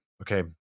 okay